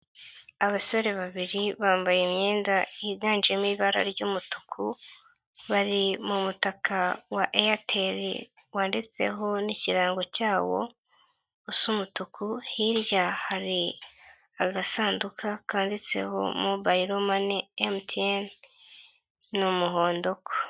Abasore babiri bambaye imyenda yiganjemo ibara ry'umutuku, bari mu mutaka wa Airtel wanditseho n'ikirango cyawo usa umutuku, hirya hari agasanduka kanditseho mobile money MTN, ni umuhondo ko.